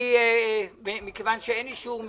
אני אמרתי צעירים,